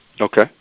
okay